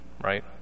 right